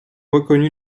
reconnu